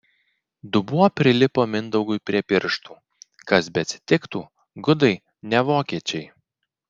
dubuo prilipo mindaugui prie pirštų kas beatsitiktų gudai ne vokiečiai